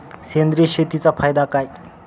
सेंद्रिय शेतीचा फायदा काय?